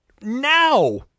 now